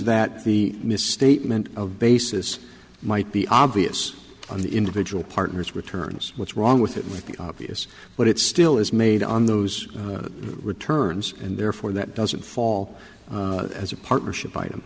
that the misstatement of bases might be obvious on the individual partner's returns what's wrong with it with the obvious but it still is made on those returns and therefore that doesn't fall as a partnership